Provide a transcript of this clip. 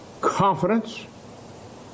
confidence